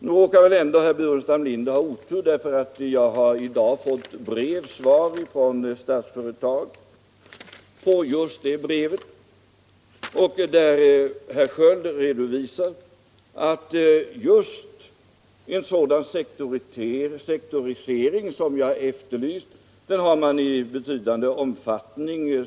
Men där råkade herr Burenstam Linder ha otur, för jag har i dag fått svar från Statsföretag på just det brevet, och herr Sköld redovisar där att en sådan sektorisering som jag efterlyste har man sökt genomföra i betydande omfattning.